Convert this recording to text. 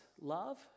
love